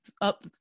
up